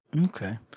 Okay